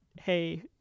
Hey